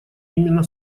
именно